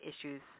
issues